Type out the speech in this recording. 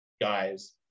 guys